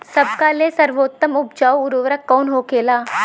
सबका ले सर्वोत्तम उपजाऊ उर्वरक कवन होखेला?